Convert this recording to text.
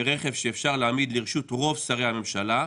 ברכב שאפשר להעמיד לרשות רוב שרי הממשלה,